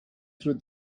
through